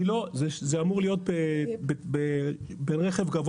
זה אמור להיות ברכב גבוה